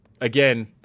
again